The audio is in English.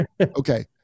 Okay